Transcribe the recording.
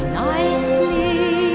nicely